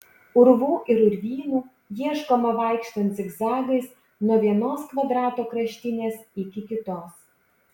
urvų ir urvynų ieškoma vaikštant zigzagais nuo vienos kvadrato kraštinės iki kitos